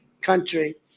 country